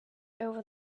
over